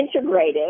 integrative